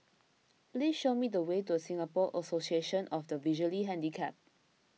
please show me the way to Singapore Association of the Visually Handicapped